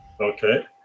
okay